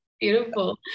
Beautiful